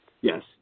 Yes